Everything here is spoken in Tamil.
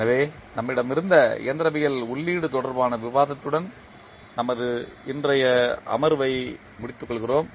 எனவே நம்மிடம் இருந்த இயந்திரவியல் உள்ளீடு தொடர்பான விவாதத்துடன் நமது இன்றைய அமர்வை முடித்துக் கொள்கிறோம்